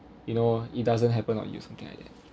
you know it doesn't happen on you something like that